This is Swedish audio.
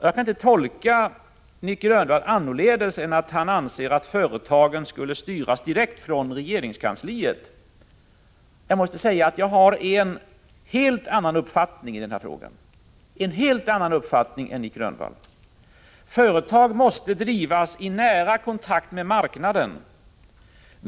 Jag kan inte tolka Nic Grönvall annorledes än att han anser att företagen skulle styras direkt från regeringskansliet. Jag måste säga att jag har en helt annan uppfattning än Nic Grönvall i den här frågan. Företag måste enligt min mening drivas i nära kontakt med marknaden.